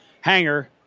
hanger